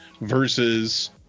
versus